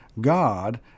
God